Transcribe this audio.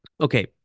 Okay